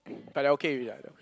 but they okay already lah that one